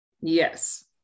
Yes